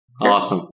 Awesome